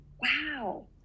Wow